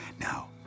Now